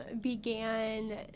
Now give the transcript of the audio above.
began